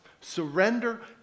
Surrender